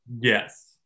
Yes